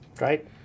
right